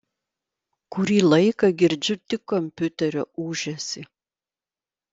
kurį laiką girdžiu tik kompiuterio ūžesį